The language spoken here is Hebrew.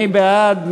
מי בעד?